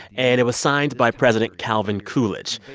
and it was signed by president calvin coolidge.